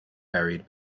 buried